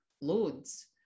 loads